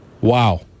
Wow